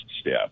step